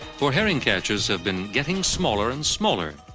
for herring catches have been getting smaller and smaller,